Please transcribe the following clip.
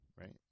Right